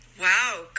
wow